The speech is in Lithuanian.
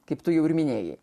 kaip tu jau ir minėjai